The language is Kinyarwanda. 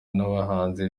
n’abahanzi